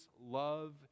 love